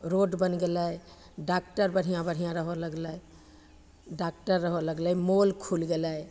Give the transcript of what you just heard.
road बनि गेलै doctor बढ़िआँ बढ़िआँ रहऽ लगलै डाकटर होबऽ लगलै मॉल खुलि गेलै